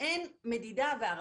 אין מדידה והערכה.